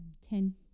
ten